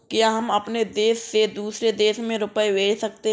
क्या हम अपने देश से दूसरे देश में रुपये भेज सकते हैं?